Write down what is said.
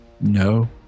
no